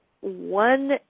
one